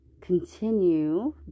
continue